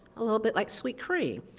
a little bit like sweet cream.